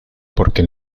porque